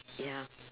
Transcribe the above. ya